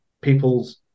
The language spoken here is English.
people's